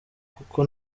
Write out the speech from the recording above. kuko